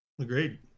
Agreed